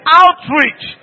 outreach